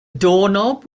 doorknob